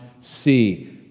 see